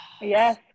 yes